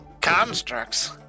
Constructs